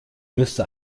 müsste